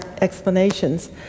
explanations